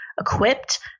equipped